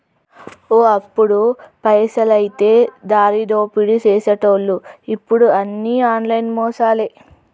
ఓ అప్పుడు పైసలైతే దారిదోపిడీ సేసెటోళ్లు ఇప్పుడు అన్ని ఆన్లైన్ మోసాలే